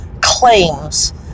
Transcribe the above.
claims